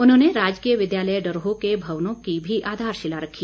उन्होंने राजकीय विद्यालय डरोह के भवनों की भी आधारशिला रखी